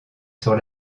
sur